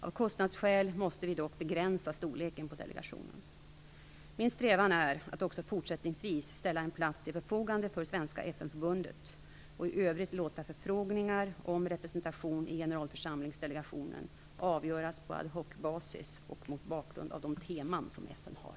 Av kostnadsskäl måste vi dock begränsa storleken på delegationen. Min strävan är att också fortsättningsvis ställa en plats till förfogande för Svenska FN-förbundet och i övrigt låta förfrågningar om representation i generalförsamlingsdelegationen avgöras på ad hoc-basis och mot bakgrund av de teman som FN har.